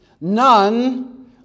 none